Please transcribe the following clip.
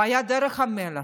והוא היה בדרך המלך,